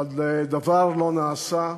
אבל דבר לא נעשה.